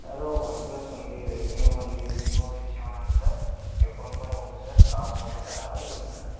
sir one plus ఉంది Redmi ఉంది Vivo V seven ఉంది సార్ ఎఫ్ వన్ కూడా ఉంది sir all mobiles are available sir